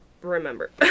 remember